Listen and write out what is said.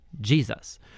Jesus